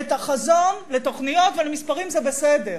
את החזון לתוכניות ולמספרים, זה בסדר,